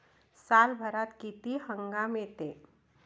सालभरात किती हंगाम येते?